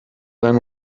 sein